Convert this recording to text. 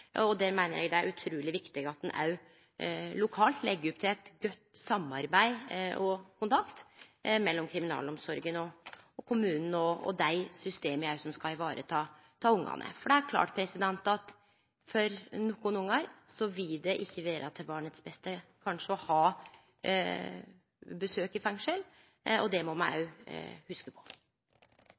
og eg meiner at det er utruleg viktig at ein òg lokalt legg opp til eit godt samarbeid og god kontakt mellom kriminalomsorga, kommunen og dei systema som skal varetake ungane. Det er klart at for nokre ungar vil det kanskje ikkje vere til det beste å gå på besøk i fengselet. Det må me òg hugse på.